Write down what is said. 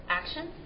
action